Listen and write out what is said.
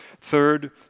Third